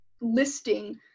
listing